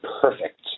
perfect